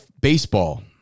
baseball